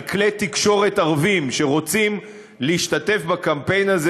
על כלי תקשורת ערביים שרוצים להשתתף בקמפיין הזה